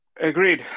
agreed